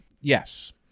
Yes